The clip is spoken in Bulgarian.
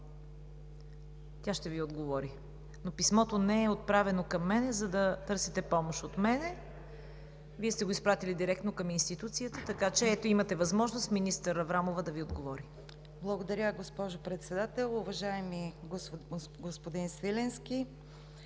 тя ще Ви отговори. Но писмото не е отправено към мен, за да търсите помощ от мен, Вие сте го изпратили директно към институцията, така че – ето, имате възможност министър Аврамова да Ви отговори. МИНИСТЪР ПЕТЯ АВРАМОВА: Благодаря госпожо Председател. Уважаеми господин Свиленски,